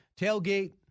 tailgate